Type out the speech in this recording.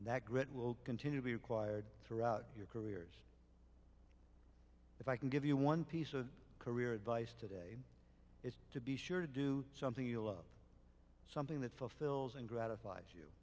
that grit will continue to be required throughout your careers if i can give you one piece of career advice today is to be sure to do something you love something that fulfills ungratified you